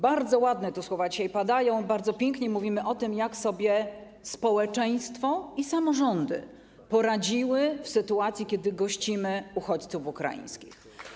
Bardzo ładne słowa tu dzisiaj padają, bardzo pięknie mówimy o tym, jak sobie społeczeństwo i samorządy poradziły w sytuacji, kiedy gościmy uchodźców ukraińskich.